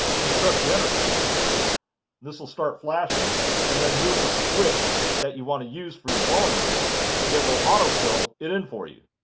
just press the enter key this will start flashing and then move the switch that you want to use for your volume and it will auto fill it in for you,